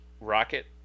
rocket